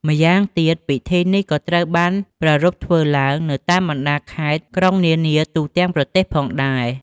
ម៉្យាងទៀតពិធីនេះក៏ត្រូវបានប្រារព្ធធ្វើឡើងនៅតាមបណ្ដាខេត្ត-ក្រុងនានាទូទាំងប្រទេសផងដែរ។